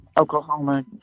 Oklahoma